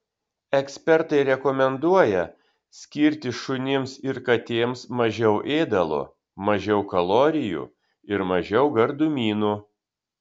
ekspertai rekomenduoja skirti šunims ir katėms mažiau ėdalo mažiau kalorijų ir mažiau gardumynų